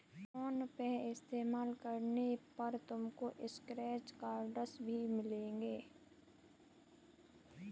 phone पे इस्तेमाल करने पर तुमको स्क्रैच कार्ड्स भी मिलेंगे